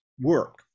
work